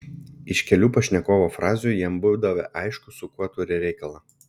iš kelių pašnekovo frazių jam būdavę aišku su kuo turi reikalą